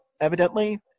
evidently